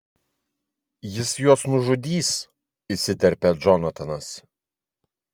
jis juos nužudys įsiterpia džonatanas